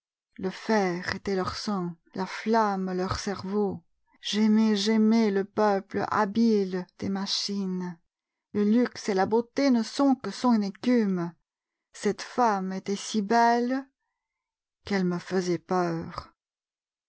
le fer était leur sang la flamme leur cerveau j'aimais j'aimais le peuple habile des machines le luxe et la beauté ne sont que son écume cette femme était si belle qu'elle me faisait peur